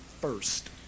first